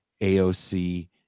AOC